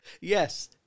Yes